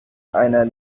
einer